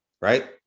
Right